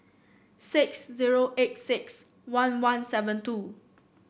six zero eight six one one seven two